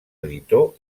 editor